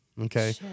Okay